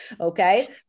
okay